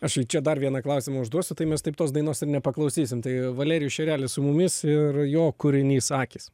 aš jau čia dar vieną klausimą užduosiu tai mes taip tos dainos ir nepaklausysim tai valerijus šerelis su mumis ir jo kūrinys akys